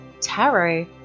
tarot